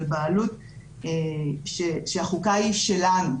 של בעלות שהחוקה היא שלנו,